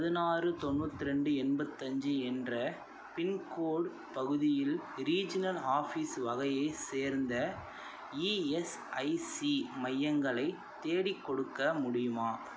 பதினாறு தொண்ணூற்று ரெண்டு எண்பத்தஞ்சு என்ற பின்கோடு பகுதியில் ரீஜினல் ஆஃபீஸ் வகையைச் சேர்ந்த இஎஸ்ஐசி மையங்களைத் தேடிக்கொடுக்க முடியுமா